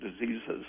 diseases